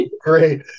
Great